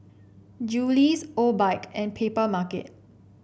Julie's Obike and Papermarket